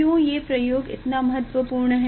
क्यों ये प्रयोग इतना महत्वपूर्ण है